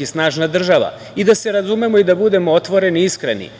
snažna država. Da se razumemo i da budemo otvoreni, iskreni,